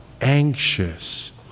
anxious